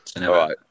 right